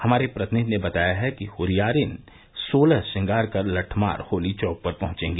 हमारे प्रतिनिधि ने बताया है कि हुरियारिनी सोलह श्रृंगार कर लट्ठमार होली चौक पर पहुंचेंगी